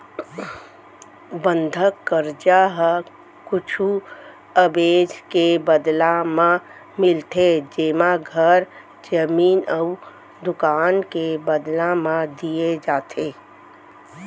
बंधक करजा ह कुछु अबेज के बदला म मिलथे जेमा घर, जमीन अउ दुकान के बदला म दिये जाथे